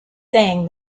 saying